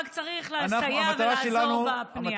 רק צריך לסייע ולעזור בפנייה.